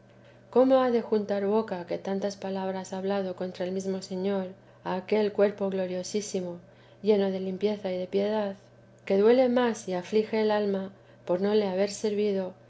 cómo ha de juntar boca que tantas palabras ha hablado contra el mesmo señor a aquel cuerpo gloriosísimo lleno de limpieza y de piedad que duele más y aflige el alma por no le haber servido